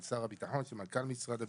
של שר הביטחון ושל מנכ"ל משרד הביטחון,